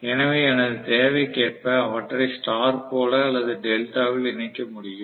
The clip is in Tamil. எனவே எனது தேவைக்கேற்ப அவற்றை ஸ்டார் போல அல்லது டெல்டாவில் இணைக்க முடியும்